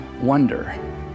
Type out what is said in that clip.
wonder